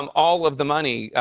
um all of the money,